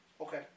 Okay